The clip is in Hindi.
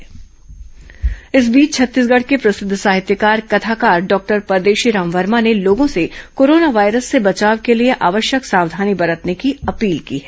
कोरोना जागरूकता इस बीच छत्तीसगढ़ के प्रसिद्द साहित्यकार कथाकार डॉक्टर परदेशी राम वर्मा ने लोगों से कोरोना वायरस से बचाव के लिए आवश्यक सावधानी बरतने की अपील की है